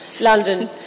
London